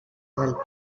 del